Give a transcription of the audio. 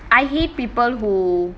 I hate people who